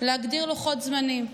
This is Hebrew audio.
להגדיר לוחות זמנים,